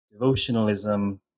devotionalism